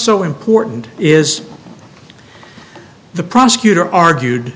so important is the prosecutor argued